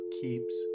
keeps